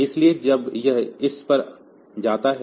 इसलिए जब यह इस पर जाता है